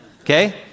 Okay